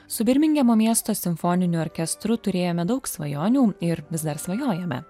su birmingemo miesto simfoniniu orkestru turėjome daug svajonių ir vis dar svajojome